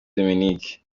dominique